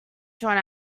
drawn